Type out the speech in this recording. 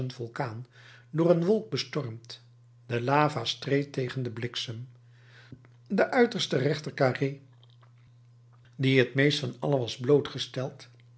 vulkaan door een wolk bestormd de lava streed tegen den bliksem de uiterste rechtercarré die het meest van alle was blootgesteld